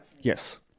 yes